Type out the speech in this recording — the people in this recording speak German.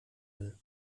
will